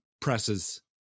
presses